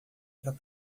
para